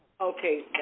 Okay